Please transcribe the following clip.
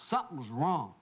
something's wrong